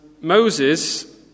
Moses